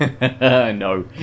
No